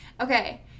Okay